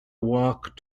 walk